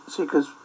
Seekers